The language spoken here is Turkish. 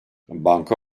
banka